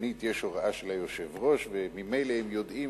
שנית, יש הוראה של היושב-ראש, וממילא הם יודעים